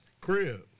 crib